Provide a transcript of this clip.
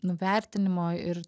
nuvertinimo ir